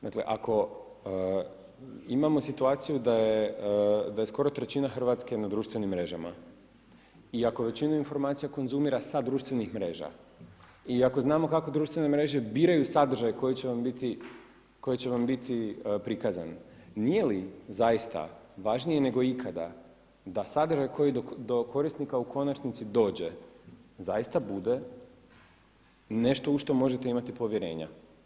Dakle, ako imamo situaciju da je skoro trećina Hrvatske na društvenim mrežama i ako većinu informacija konzumira sa društvenih mreža i ako znamo kako društvene mreže biraju sadržaj koji će vam biti prikazan, nije li zaista važnije nego ikada da sadržaj koji do korisnika u konačnici dođe zaista bude nešto u što možete imati povjerenja.